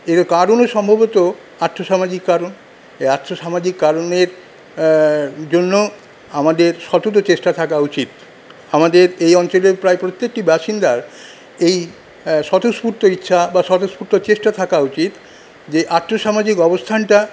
এর কারণও সম্ভবত আর্থসামাজিক কারণ এই আর্থসামাজিক কারণের জন্য আমাদের সতত চেষ্টা থাকা উচিত আমাদের এই অঞ্চলের প্রায় প্রত্যেকটি বাসিন্দার এই স্বতঃস্ফূর্ত ইচ্ছা বা স্বতঃস্ফূর্ত চেষ্টা থাকা উচিত যে আর্থসামাজিক অবস্থানটা